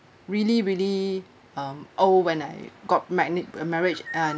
really really um old when I got married uh marriage uh